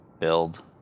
build